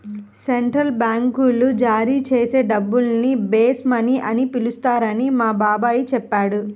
central బ్యాంకులు జారీ చేసే డబ్బుల్ని బేస్ మనీ అని పిలుస్తారని మా బాబాయి చెప్పాడు